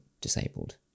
disabled